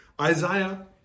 Isaiah